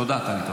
תודה, טלי.